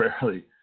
barely